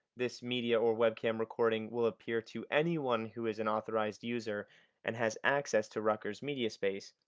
this media or webcam recording will appear to anyone who is an authorized user and has access to rutgers mediaspace.